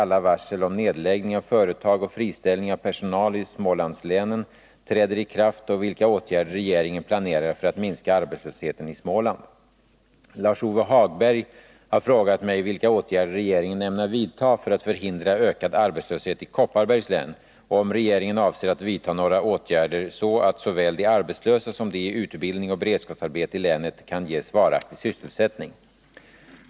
Lars-Ove Hagberg har frågat mig vilka åtgärder regeringen ämnar vidta för att förhindra ökad arbetslöshet i Kopparbergs län och om regeringen avser att vidta några åtgärder så att såväl de arbetslösa som de i utbildning och beredskapsarbete i länet kan ges varaktig sysselsättning.